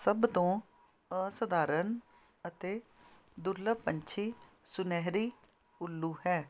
ਸਭ ਤੋਂ ਅਸਧਾਰਨ ਅਤੇ ਦੁਰਲੱਭ ਪੰਛੀ ਸੁਨਹਿਰੀ ਉੱਲੂ ਹੈ